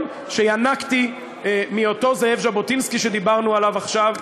שינקתי מאותו זאב ז'בוטינסקי שדיברנו עליו עכשיו,